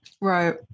right